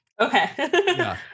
okay